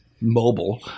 mobile